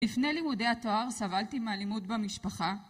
לפני לימודי התואר סבלתי מאלימות במשפחה.